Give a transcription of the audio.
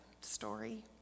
story